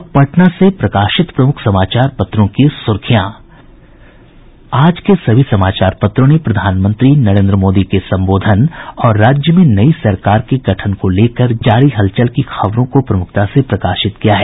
अब पटना से प्रकाशित प्रमुख समाचार पत्रों की सुर्खियां आज के सभी समाचार पत्रों ने प्रधानमंत्री नरेन्द्र मोदी के संबोधन और राज्य में नई सरकार के गठन को लेकर जारी हलचल की खबरों को प्रमुखता से प्रकाशित किया है